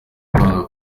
kwanga